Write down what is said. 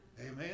Amen